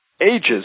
ages